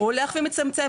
הוא הולך ומצטמצם,